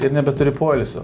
ir nebeturi poilsio